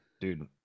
Dude